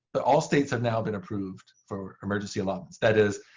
but all states have now been approved for emergency allotments. that is,